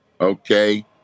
okay